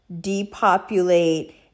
depopulate